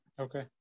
Okay